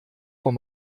von